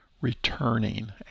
returning